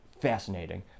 fascinating